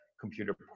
computer